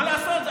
מה לעשות?